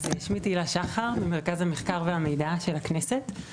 אני ממרכז המחקר והמידע של הכנסת.